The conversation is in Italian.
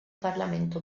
parlamento